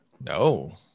no